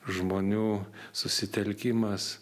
žmonių susitelkimas